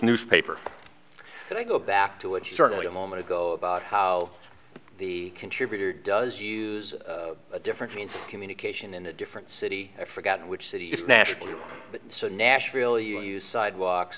newspaper and i go back to it certainly a moment ago about how the contributor does use a different means of communication in a different city i forgot which city is nashville so nashville you use sidewalks